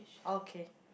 okay